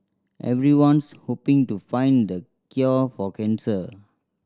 everyone's hoping to find the cure for cancer